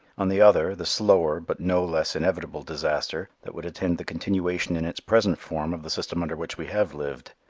on the other, the slower, but no less inevitable disaster that would attend the continuation in its present form of the system under which we have lived.